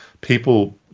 people